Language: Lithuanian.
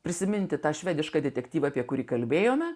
prisiminti tą švedišką detektyvą apie kurį kalbėjome